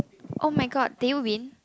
oh-my-god they will win